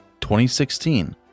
2016